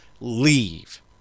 leave